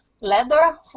leather